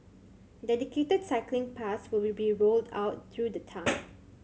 dedicated cycling paths will be rolled out through the town